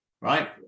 right